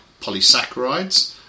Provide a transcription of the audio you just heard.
polysaccharides